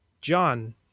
John